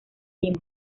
lima